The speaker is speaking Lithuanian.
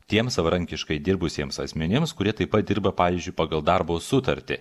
tiem savarankiškai dirbusiems asmenims kurie taip pat dirba pavyzdžiui pagal darbo sutartį